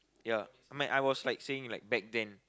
ya I may I was like saying like back then